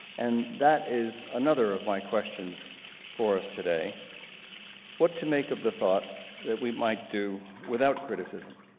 and that is another of my questions for us today what to make of the thought that we might do without criticism.